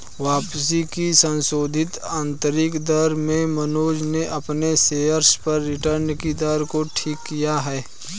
वापसी की संशोधित आंतरिक दर से मनोज ने अपने शेयर्स पर रिटर्न कि दर को ठीक किया है